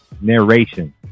Narration